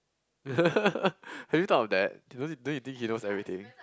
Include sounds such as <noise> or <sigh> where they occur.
<laughs> have you thought of that don't don't you think he knows everything